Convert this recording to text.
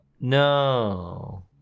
No